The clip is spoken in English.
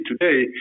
today